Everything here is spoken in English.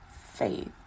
faith